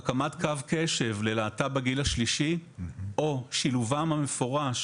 הקמת קו קשב ללהט"ב בגיל השלישי או שילובם המפורש